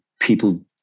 people